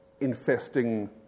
infesting